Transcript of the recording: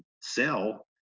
sell